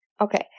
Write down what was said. Okay